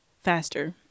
faster